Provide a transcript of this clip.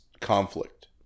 conflict